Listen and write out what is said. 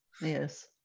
yes